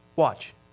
Watch